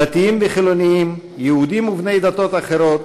דתיים וחילונים, יהודים ובני דתות אחרות,